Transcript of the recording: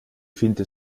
finte